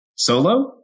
Solo